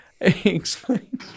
Explain